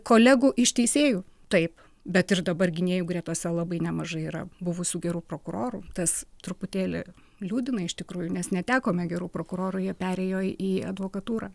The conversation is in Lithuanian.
kolegų iš teisėjų taip bet ir dabar gynėjų gretose labai nemažai yra buvusių gerų prokurorų tas truputėlį liūdina iš tikrųjų nes netekome gerų prokurorų jie perėjo į advokatūrą